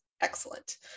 excellent